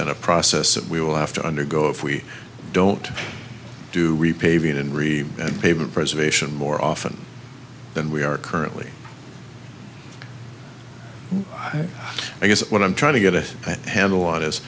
at a process that we will have to undergo if we don't do repaving in re and paper preservation more often than we are currently i guess what i'm trying to get a handle on is